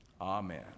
Amen